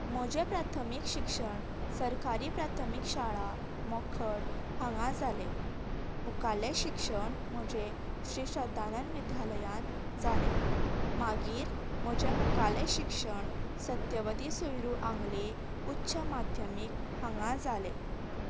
म्हजे प्राथमीक शिक्षण सरकारी प्राथमीक शाळा मोखर्ड हांगा जाले मुखाल्ले शिक्षण म्हजें श्री श्रध्दानंद विद्यालयान जाले मागीर म्हजे मुखाल्ले शिक्षण सत्यवती सोयरू आंगले उच्च माध्यमीक हांगा जाले